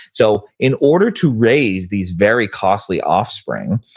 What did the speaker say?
so in order to raise these very costly offspring,